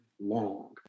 long